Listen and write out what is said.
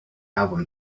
album